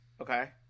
Okay